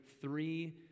three